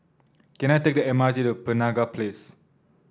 can I take the M R T to Penaga Place